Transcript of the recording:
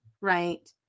right